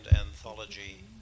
anthology